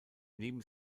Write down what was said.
neben